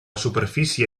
superfície